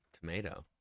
tomato